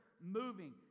moving